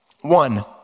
One